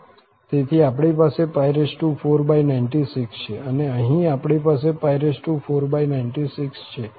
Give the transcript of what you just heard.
તેથી આપણી પાસે 496 છે અને અહીં આપણી પાસે 496 છે